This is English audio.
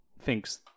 thinks